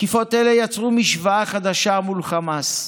תקיפות אלה יצרו משוואה חדשה מול חמאס: